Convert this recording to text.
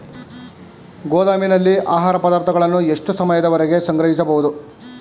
ಗೋದಾಮಿನಲ್ಲಿ ಆಹಾರ ಪದಾರ್ಥಗಳನ್ನು ಎಷ್ಟು ಸಮಯದವರೆಗೆ ಸಂಗ್ರಹಿಸಬಹುದು?